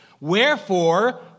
Wherefore